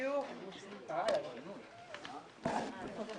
הישיבה ננעלה בשעה 15:58.